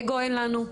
אגו אין לנו,